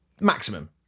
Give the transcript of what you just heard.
Maximum